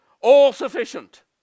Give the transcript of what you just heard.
all-sufficient